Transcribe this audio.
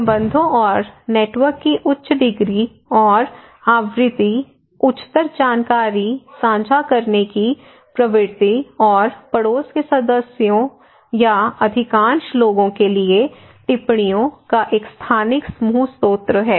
संबंधों और नेटवर्क की उच्च डिग्री और आवृत्ति उच्चतर जानकारी साझा करने की प्रवृत्ति और पड़ोस के सदस्यों या अधिकांश लोगों के लिए टिप्पणियों का एक स्थानिक समूह स्रोत है